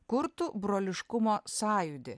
kurtų broliškumo sąjūdį